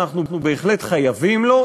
אנחנו בהחלט חייבים לו.